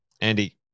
Andy